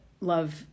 love